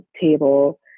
table